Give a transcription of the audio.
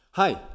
Hi